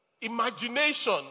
imagination